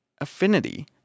affinity